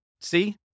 See